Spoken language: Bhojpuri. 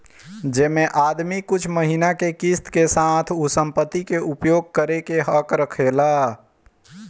जेमे आदमी कुछ महिना के किस्त के साथ उ संपत्ति के उपयोग करे के हक रखेला